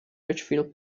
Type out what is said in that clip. ridgefield